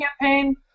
campaign